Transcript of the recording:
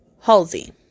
Halsey